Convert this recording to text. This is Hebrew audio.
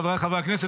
חבריי חברי הכנסת,